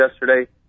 yesterday